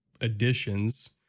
additions